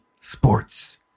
Sports